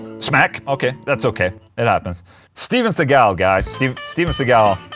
smack. ok, that's ok, it happens steven seagal guys, steven steven seagal.